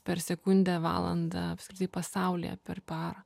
per sekundę valandą apskritai pasaulyje per parą